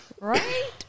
Right